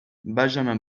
benjamin